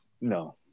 No